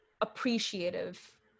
appreciative